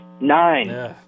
Nine